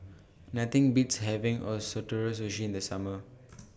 Nothing Beats having Ootoro Sushi in The Summer